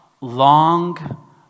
long